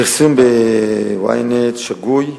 הפרסום ב-Ynet שגוי.